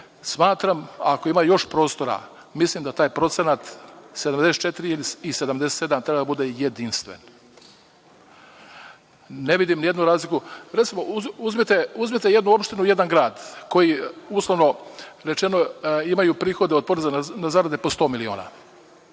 Smatram, ako ima još prostora, mislim da taj procenat 74% i 77% treba da bude jedinstven. Ne vidim nijednu razliku. Recimo, uzmete jednu opštinu i jedan grad koji, uslovno rečeno, imaju prihode od poreza na zarade po sto miliona